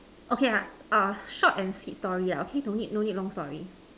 okay ah oh short and sweet story lah okay don't need don't need long story